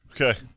Okay